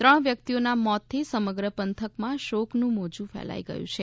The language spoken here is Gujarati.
ત્રણ વ્યક્તિઓના મોતથી સમગ્ર પંથકમાં શોકનું મોજું ફેલાઈ ગયું છે